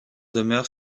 demeure